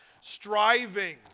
striving